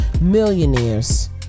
millionaires